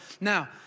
Now